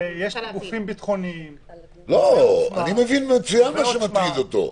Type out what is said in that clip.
אני מבין מצוין מה מטריד אותו,